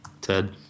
Ted